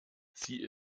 sie